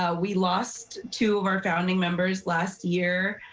ah we lost two of our founding members last year,